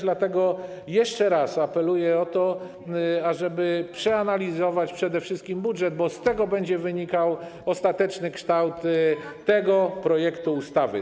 Dlatego jeszcze raz apeluję o to, ażeby przeanalizować przede wszystkim budżet, bo z tego będzie wynikał ostateczny kształt tego projektu ustawy.